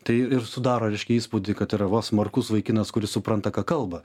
tai ir sudaro reiškia įspūdį kad yra va smarkus vaikinas kuris supranta ką kalba